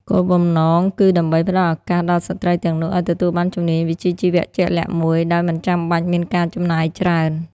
គោលបំណងគឺដើម្បីផ្តល់ឱកាសដល់ស្ត្រីទាំងនោះឱ្យទទួលបានជំនាញវិជ្ជាជីវៈជាក់លាក់មួយដោយមិនចាំបាច់មានការចំណាយច្រើន។